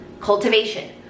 cultivation